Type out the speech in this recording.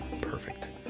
Perfect